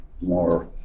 more